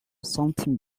something